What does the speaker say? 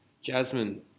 Jasmine